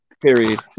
Period